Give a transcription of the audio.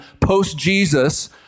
post-Jesus